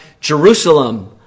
Jerusalem